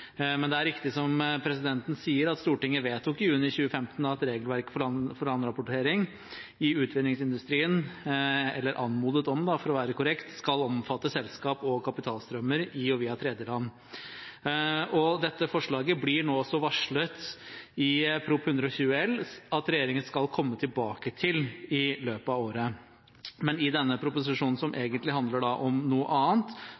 Men det er riktig som presidenten sier, at Stortinget vedtok i juni 2015 at regelverket for land-for-land-rapportering i utvinningsindustrien ‒ eller anmodet om, for å være korrekt ‒ skal omfatte selskap og kapitalstrømmer i og via tredjeland. Dette forslaget blir det også varslet om i Prop. 120 L for 2015‒2016 at regjeringen skal komme tilbake til i løpet av året. Men i denne proposisjonen som egentlig handler om noe annet,